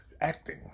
Acting